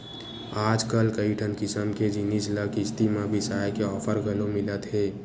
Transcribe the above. आजकल कइठन किसम के जिनिस ल किस्ती म बिसाए के ऑफर घलो मिलत हे